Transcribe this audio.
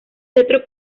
centro